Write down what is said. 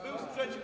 Był sprzeciw.